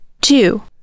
Two